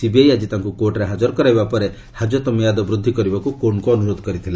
CBI ଆଜି ତାଙ୍କୁ କୋର୍ଟରେ ହାଜର କରାଇବା ପରେ ହାଜତ ମିଆଦ ବୃଦ୍ଧି କରିବାକୁ କୋର୍ଟକୁ ଅନୁରୋଧ କରିଥିଲା